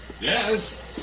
yes